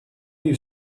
you